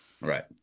Right